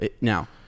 now